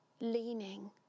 leaning